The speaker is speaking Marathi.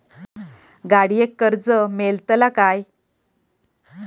गाडयेक कर्ज मेलतला काय?